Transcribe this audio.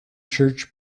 church